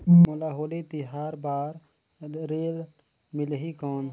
मोला होली तिहार बार ऋण मिलही कौन?